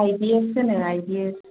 आइ B S होनो I B S